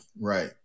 right